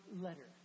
letter